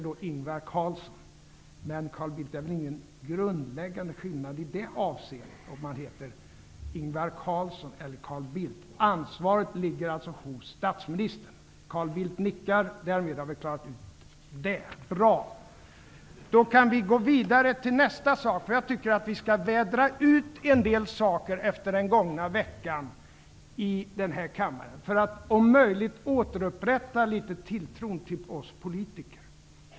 Bildt, det är väl ingen grundläggande skillnad i det avseendet, om han heter Ingvar Carlsson eller Carl Bildt? Ansvaret ligger hos statsministern. Carl Bildt nickar. Därmed har vi klarat ut det. Bra. Då kan vi gå vidare till nästa sak. Jag tycker att vi skall vädra ut en del saker efter den gångna veckan i den här kammaren för att om möjligt återupprätta litet av tilltron till oss politiker.